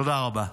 תודה רבה.